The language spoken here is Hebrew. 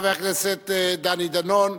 חבר הכנסת דני דנון,